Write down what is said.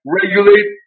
regulate